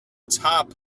top